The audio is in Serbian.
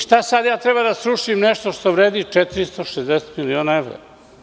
Šta ja sada trebam da srušim nešto što vredi 460 miliona evra.